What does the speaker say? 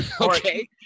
Okay